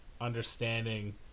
understanding